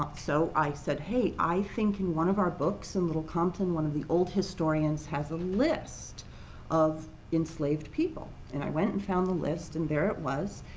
um so i said, hey, i think in one of our books in little compton one of the old historians has a list of enslaved people. and i went and found the list. and there it was.